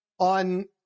on